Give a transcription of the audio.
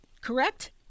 Correct